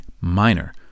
minor